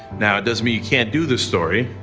now, it doesn't mean you can't do the story